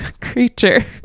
creature